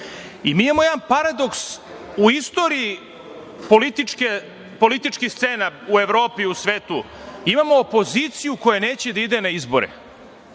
imamo jedan paradoks u istoriji političkih scena u Evropi, u svetu. Imamo opoziciju koja neće da ide na izbore.